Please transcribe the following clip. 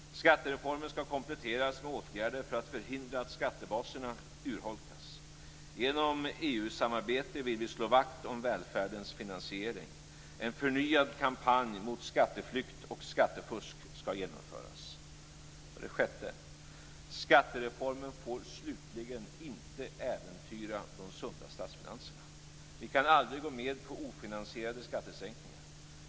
· Skattereformen skall kompletteras med åtgärder för att förhindra att skattebaserna urholkas. Genom EU-samarbete vill vi slå vakt om välfärdens finansiering. En förnyad kampanj mot skatteflykt och skattefusk skall genomföras. · Skattereformen får slutligen inte äventyra de sunda statsfinanserna. Vi kan aldrig gå med på ofinansierade skattesänkningar.